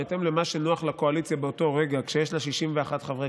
יש לו סדרת ציוצים.